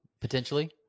potentially